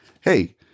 hey